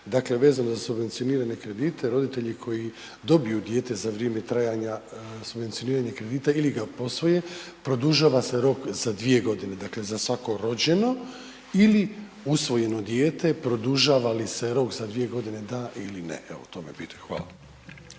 Dakle, vezano za subvencioniranje kredita jer roditelji koji dobiju dijete za vrijeme trajanja subvencioniranih kredita ili ga posvoje, produžava se rok za 2.g., dakle, za svako rođeno ili usvojeno dijete, produžava li se rok za 2.g., da ili ne, evo to me pitaju? Hvala.